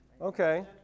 Okay